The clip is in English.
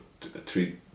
three